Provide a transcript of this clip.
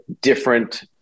different